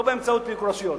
לא באמצעות פירוקי רשויות.